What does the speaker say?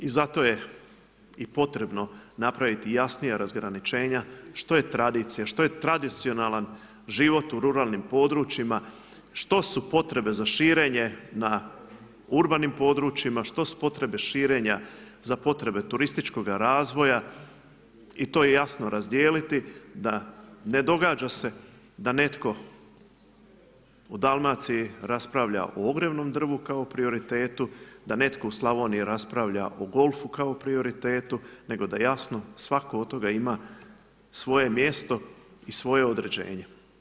I zato je i potrebno napraviti jasnija razgraničenja, što je tradicija, što je tradicionalan život u ruralnim područjima, što su potrebe za širenje na urbanim područjima, što su potrebe širenja za potrebe turističkoga razvoja i to jasno razdijeliti da ne događa se da netko u Dalmaciji raspravlja o ogrjevnom drvu kao prioritetu, da netko u Slavoniji raspravlja o golfu kao prioritetu nego da jasno svatko od toga ima svoje mjesto i svoje određenje.